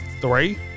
three